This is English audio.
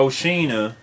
Oshina